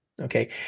Okay